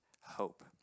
hope